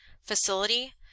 facility